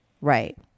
Right